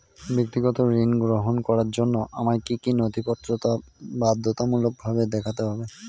ব্যক্তিগত ঋণ গ্রহণ করার জন্য আমায় কি কী নথিপত্র বাধ্যতামূলকভাবে দেখাতে হবে?